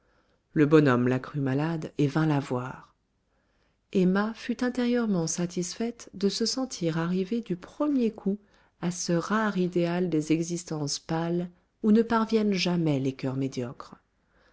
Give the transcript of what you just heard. le bonhomme la crut malade et vint la voir emma fut intérieurement satisfaite de se sentir arrivée du premier coup à ce rare idéal des existences pâles où ne parviennent jamais les coeurs médiocres